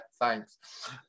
thanks